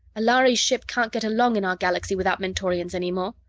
a lhari ship can't get along in our galaxy without mentorians any more!